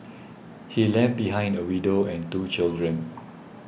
he left behind a widow and two children